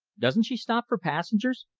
doesn't she stop for passengers?